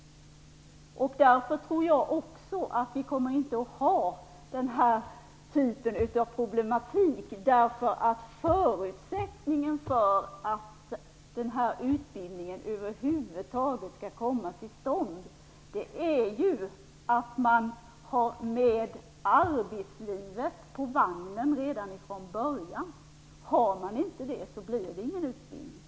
Jag tror därför också att vi inte kommer att ha den här typen av problematik, eftersom förutsättningen för att den här utbildningen över huvud taget skall komma till stånd ju är att man har arbetslinjen med på vagnen redan från början. Har man inte det, blir det ingen utbildning.